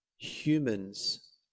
humans